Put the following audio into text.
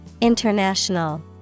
International